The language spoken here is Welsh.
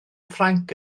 ffrainc